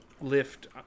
lift